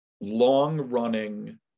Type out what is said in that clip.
long-running